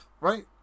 right